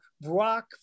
Brock